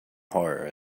horror